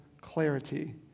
clarity